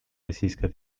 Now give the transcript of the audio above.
российская